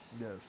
yes